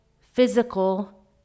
physical